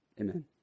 Amen